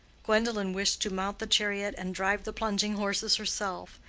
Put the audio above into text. gwendolen wished to mount the chariot and drive the plunging horses herself,